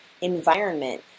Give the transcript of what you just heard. environment